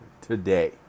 today